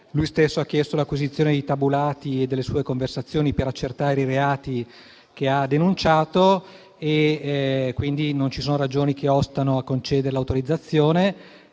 lui stesso ha chiesto l'acquisizione dei tabulati e delle sue conversazioni per accertare i reati che ha denunciato, per cui non ci sono ragioni che ostano a concedere l'autorizzazione.